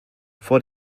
vor